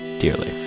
dearly